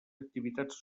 activitats